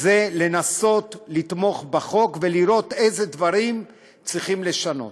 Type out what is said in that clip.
זה לנסות לתמוך בחוק ולראות איזה דברים צריכים לשנות.